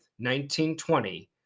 1920